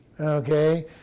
Okay